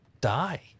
die